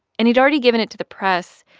and he'd already given it to the press.